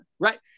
right